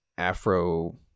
afro